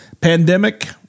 Pandemic